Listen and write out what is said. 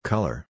Color